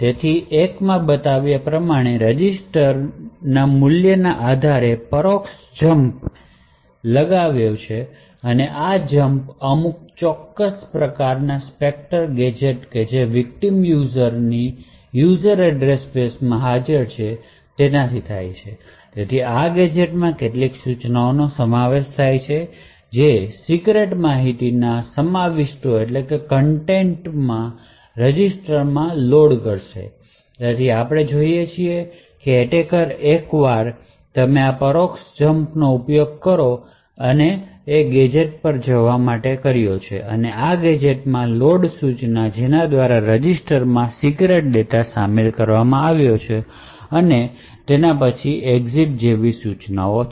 તેથી 1 અહીં બતાવ્યા પ્રમાણે રજિસ્ટર મૂલ્યના આધારે પરોક્ષ જંપ લગાવ્યો છે અને આ જંપઅમુક ચોક્કસ છે સ્પેક્ટર ગેજેટ જે વિકટીમ યુઝર ની યુઝર એડ્રેસ ની સ્પેસ માં હાજર છે તેથી આ ગેજેટમાં કેટલીક સૂચનાઓનો સમાવેશ થાય છે જે સીક્રેટ માહિતીના સમાવિષ્ટોમાં રજિસ્ટર માં લોડ કરશે તેથી આપણે જોઈએ છીએ તે છે કે એટેકર એકવાર તમે આ પરોક્ષ જંપનો ઉપયોગ આ ગેજેટ પર જવા કર્યો આ ગેજેટમાં લોડ સૂચના જેના દ્વારા રજિસ્ટર માં સીક્રેટ ડેટા શામેલ કરવામાં આવે છે એના પછી એક્ઝિટ જેવી સૂચનાઓ છે